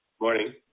Morning